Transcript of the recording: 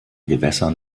gewässern